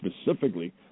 specifically